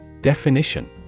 Definition